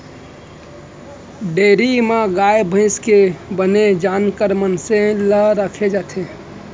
dairy म गाय भईंस के बने जानकार मनसे ल राखे जाथे